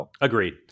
Agreed